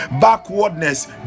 backwardness